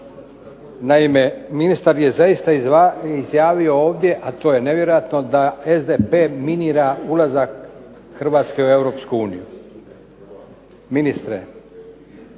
Naime, ministar je zaista i javio ovdje a to je nevjerojatno a to je da SDP minira ulazak Hrvatske u EU. Ministre,